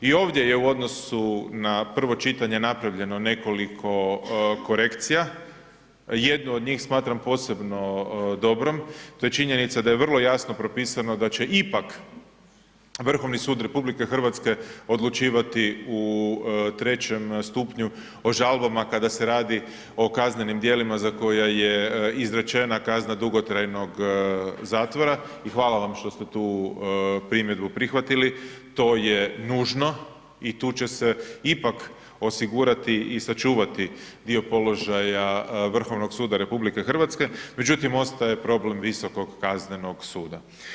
I ovdje je u odnosu na prvo čitanje napravljeno nekoliko korekcija, jednu od njih smatram posebno dobrom, to je činjenica da je vrlo jasno propisano da će ipak Vrhovni sud RH odlučivati u trećem stupnju o žalbama kada se radi o kaznenim djelima za koje je izrečena kazna dugotrajnog zatvora i hvala vam što ste tu primjedbu prihvatili, to je nužno i tu će se ipak osigurati i sačuvati dio položaja Vrhovnog suda RH međutim ostaje problem Visokog kaznenog suda.